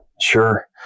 sure